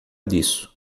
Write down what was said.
disso